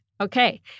Okay